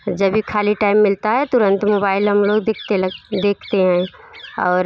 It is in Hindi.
जब भी ख़ाली टैम मिलता है तुरंत मोबैल हम लोग देखने लग देखते हैं और